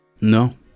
No